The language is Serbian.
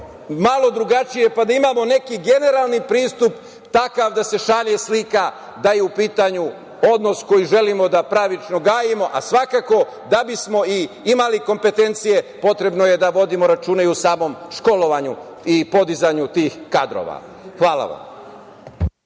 malo drugačije, pa da imamo neki generalni pristup takav da se šalje slika da je u pitanju odnos koji želimo da pravično gajimo, a svakako da bismo imali kompetencije potrebno je da vodimo računa i o samom školovanju i podizanju tih kadrova. Hvala.